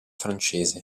francese